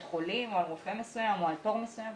חולים או על רופא מסוים או על תור מסוים,